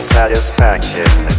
Satisfaction